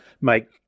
make